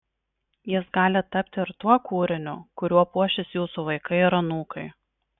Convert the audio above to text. jis gali tapti ir tuo kūriniu kuriuo puošis jūsų vaikai ir anūkai